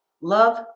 Love